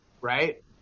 right